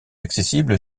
accessible